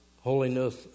Holiness